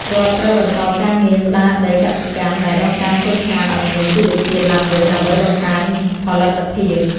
រដ្ឋត្រូវបន្តការងារស្តារដីកសិកម្មដែលរងការខូចខាតឱ្យមានជីវជាតិឡើងវិញដើម្បីបង្កើនផលិតភាព។